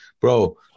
bro